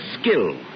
skill